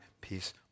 peace